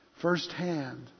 firsthand